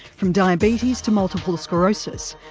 from diabetes to multiple sclerosis.